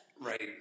Right